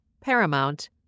Paramount